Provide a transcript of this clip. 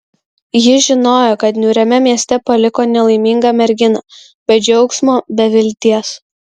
jis žinojo kad niūriame mieste paliko nelaimingą merginą be džiaugsmo be vilties